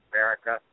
America